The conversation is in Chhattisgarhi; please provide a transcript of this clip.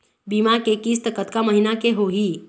बीमा के किस्त कतका महीना के होही?